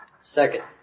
Second